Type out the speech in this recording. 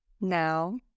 Now